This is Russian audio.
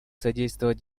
содействовать